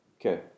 Okay